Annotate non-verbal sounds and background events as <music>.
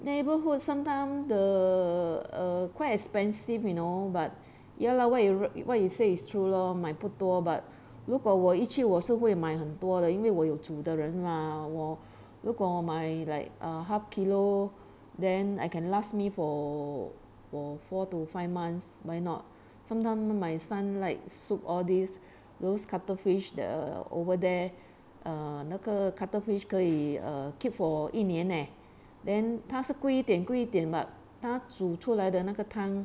neighbourhoods sometime the err quite expensive you know but ya lah what you what you say is true lor 买不多 but <breath> 如果我一去我是会买很多的因为我有煮的人吗我 <breath> 如果我买 like ah half kilo then I can last me for for four to five months why not sometime my son like soup all these those cuttlefish the over there err 那个 cuttlefish 可以 keep for 一年呐 then 他是贵一点贵一点 but 他煮出来的那个汤